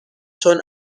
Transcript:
چون